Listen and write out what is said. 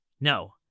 No